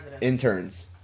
Interns